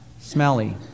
smelly